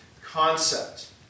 concept